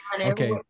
Okay